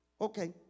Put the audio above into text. Okay